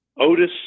Otis